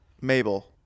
Mabel